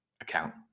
account